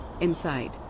Inside